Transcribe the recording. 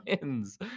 wins